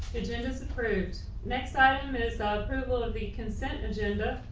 agenda is approved. next item is ah approval of the consent agenda.